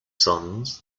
sons